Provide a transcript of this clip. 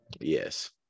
Yes